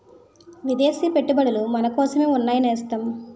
విదేశీ పెట్టుబడులు మనకోసమే ఉన్నాయి నేస్తం